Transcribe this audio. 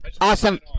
awesome